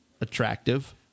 attractive